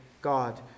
God